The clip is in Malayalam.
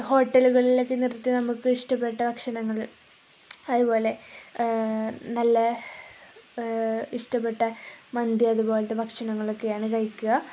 ഹോട്ടലുകളിലൊക്കെ നിർത്തി നമുക്ക് ഇഷ്ടപ്പെട്ട ഭക്ഷണങ്ങള് അതുപോലെ നല്ല ഇഷ്ടപ്പെട്ട മന്തി അതുപോലത്തെ ഭക്ഷണങ്ങളൊക്കെയാണു കഴിക്കുക